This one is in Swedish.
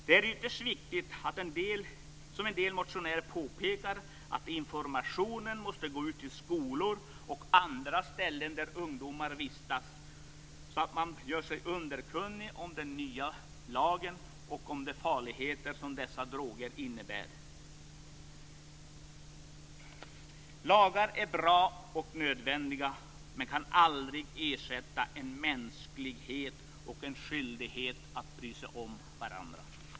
Det är ytterst viktigt, som en del motionärer påpekar, att information går ut till skolor och andra ställen där ungdomar vistas så att dessa görs underkunniga om den nya lagen och om de farligheter som dessa droger innebär. Lagar är bra och nödvändiga men kan aldrig ersätta medmänsklighet och skyldighet att bry sig om varandra.